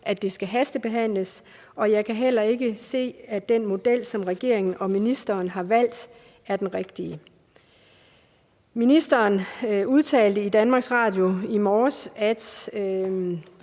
at det skal hastebehandles, og jeg kan heller ikke se, at den model, som regeringen og ministeren har valgt, er den rigtige. Ministeren udtalte i Danmarks Radio i morges, sådan